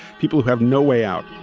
people who have no way out